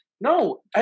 No